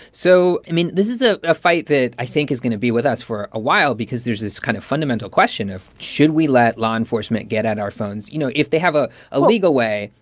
so, i mean, this is ah a fight that i think is going to be with us for a while because there's this kind of fundamental question of, should we let law enforcement get in our phones? you know, if they have ah a legal way.